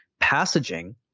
passaging